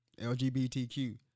LGBTQ